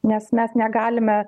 nes mes negalime